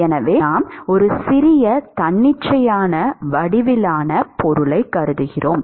எனவே நாம் ஒரு சிறிய தன்னிச்சையான வடிவிலான பொருளைக் கருதுகிறோம்